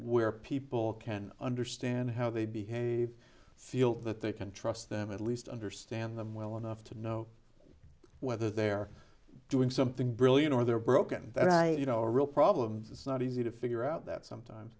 where people can understand how they behave feel that they can trust them at least understand them well enough to know whether they're doing something brilliant or they're broken that i you know real problems it's not easy to figure out that sometimes